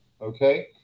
okay